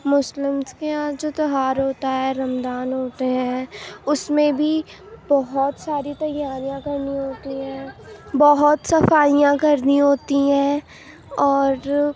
Muslims کے یہاں جو تہوار ہوتا ہے رمضان ہوتے ہیں اس میں بھی بہت ساری تیاریاں کرنی ہوتی ہیں بہت صفائیاں کرنی ہوتی ہیں اور